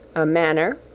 a manner,